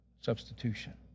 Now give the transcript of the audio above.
Substitution